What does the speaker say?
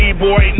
D-boy